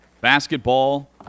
basketball